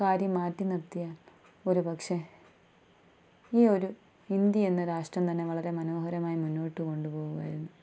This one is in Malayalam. കാര്യം മാറ്റി നിർത്തിയാൽ ഒരു പക്ഷേ ഈ ഒരു ഇന്ത്യ എന്ന രാഷ്ട്രം തന്നെ വളരെ മനോഹരമായി മുന്നോട്ടുകൊണ്ടുപോവാമായിരുന്നു